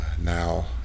now